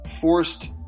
forced